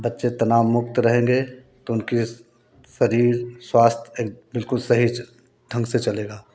बच्चे तनाव मुक्त रहेंगे तो उनके शरीर स्वास्थ्य एक बिल्कुल सही ढंग से चलेगा